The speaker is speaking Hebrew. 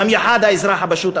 במיוחד את האזרח הפשוט,